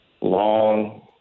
long